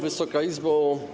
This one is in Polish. Wysoka Izbo!